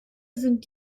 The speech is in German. sind